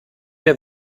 der